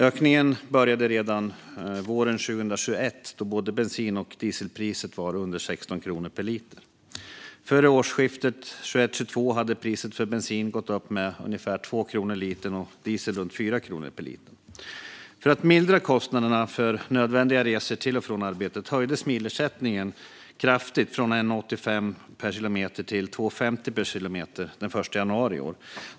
Ökningen började redan våren 2021, då både bensin och dieselpriset var under 16 kronor per liter. Före årsskiftet 2021/22 hade priset för bensin gått upp med ungefär 2 kronor per liter och diesel med runt 4 kronor per liter. För att mildra kostnaderna för nödvändiga resor till och från arbetet höjdes milersättningen kraftigt från 1,85 kronor per kilometer till 2,50 kronor per kilometer den 1 januari i år.